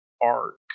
Arc